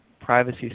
privacy